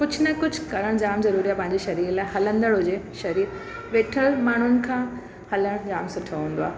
कुझु न कुझु करणु जाम ज़रूरी आहे पंहिंजे शरीर लाइ हलंदड़ु हुजे शरीर वेठल माण्हुनि खां हलणु जाम सुठो हूंदो आहे